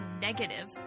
negative